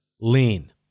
lean